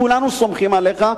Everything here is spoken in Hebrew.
כולנו סומכים עליך,